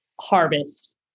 harvest